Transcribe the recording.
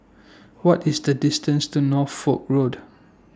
What IS The distance to Norfolk Road